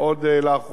לא מזמן,